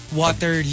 water